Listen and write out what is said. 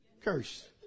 Curse